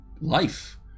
life